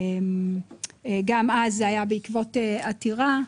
שגם זה היה בעקבות עתירה.